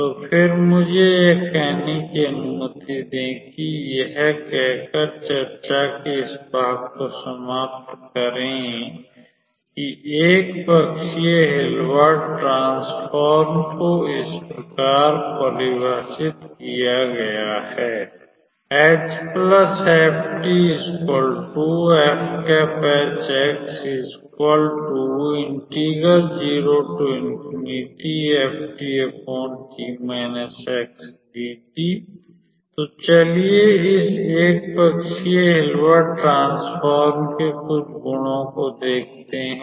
तो फिर मुझे यह कहने की अनुमति दें कि यह कहकर चर्चा के इस भाग को समाप्त करें कि 1 पक्षीय हिल्बर्ट 1 पक्षीय हिल्बर्ट ट्रांसफॉर्म को इस प्रकार परिभाषितकियागया है तो चलिए इस 1 पक्षीय हिल्बर्ट ट्रांसफॉर्म के कुछ गुणों को देखते हैं